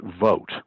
vote